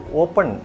open